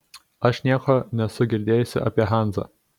aš nieko nesu girdėjusi apie hanzą